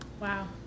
Wow